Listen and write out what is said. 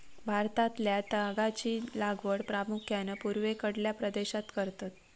भारतातल्या तागाची लागवड प्रामुख्यान पूर्वेकडल्या प्रदेशात करतत